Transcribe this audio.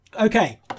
Okay